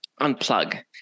unplug